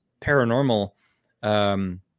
paranormal